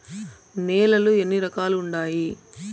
నేలలు ఎన్ని రకాలు వుండాయి?